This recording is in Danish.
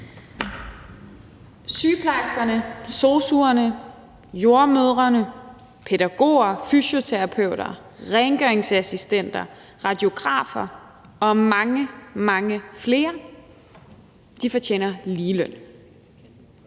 Sygeplejersker, sosu'er, jordemødre, pædagoger, fysioterapeuter, rengøringsassistenter, radiografer og mange, mange flere fortjener ligeløn.